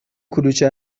کلوچه